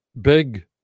big